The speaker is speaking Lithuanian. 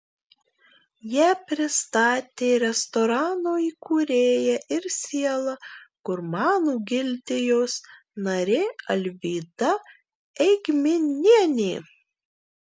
ją pristatė restorano įkūrėja ir siela gurmanų gildijos narė alvyda eigminienė